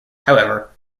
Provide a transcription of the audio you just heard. however